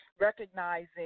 recognizing